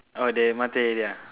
orh they matair already ah